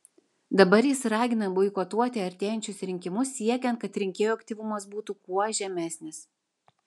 dabar jis ragina boikotuoti artėjančius rinkimus siekiant kad rinkėjų aktyvumas būtų kuo žemesnis